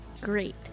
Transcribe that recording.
great